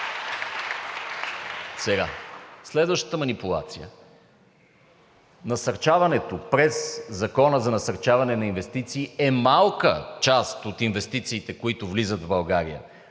Следващата манипулация. Насърчаването през Закона за насърчаване на инвестициите е малка част от инвестициите, които влизат в България